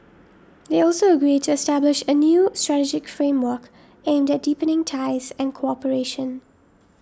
they also agreed to establish a new strategic framework aimed at deepening ties and cooperation